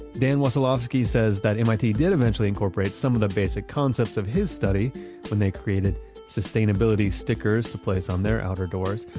dan wesolowski says that mit did eventually incorporate some of the basic concepts of his study when they created sustainability stickers to place on their outer doors,